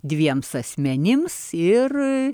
dviems asmenims ir